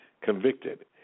convicted